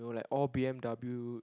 know like all B_M_W